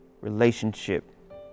relationship